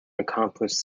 accomplished